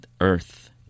earth